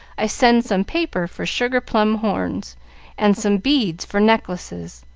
i send some paper for sugar-plum horns and some beads for necklaces.